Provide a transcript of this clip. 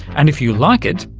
and if you like it,